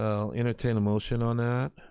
ah i'll entertain a motion on that.